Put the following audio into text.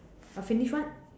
uh finish what